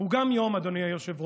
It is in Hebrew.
הוא גם יום, אדוני היושב-ראש,